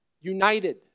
united